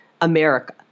America